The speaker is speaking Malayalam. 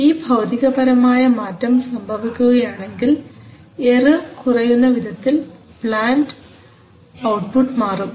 ഈ ഭൌതികപരമായ മാറ്റം സംഭവിക്കുകയാണെങ്കിൽ എറർ കുറയുന്ന വിധത്തിൽ പ്ലാൻറ് ഔട്ട്പുട്ട് മാറും